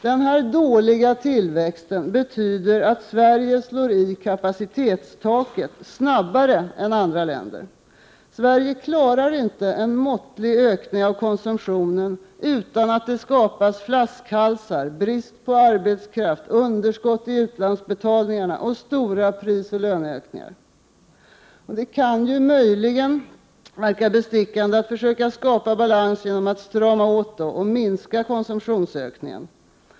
Den dåliga tillväxten betyder att Sverige slår i kapacitetstaket snabbare än andra länder. Sverige klarar inte en måttlig ökning av konsumtionen utan att det skapas flaskhalsar, brist på arbetskraft, underskott i utlandsbetalningarna och stora prisoch löneökningar. Det kan möjligen vara bestickande att försöka skapa balans genom att strama åt och minska konsumtionsökningen.